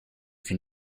can